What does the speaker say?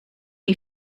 new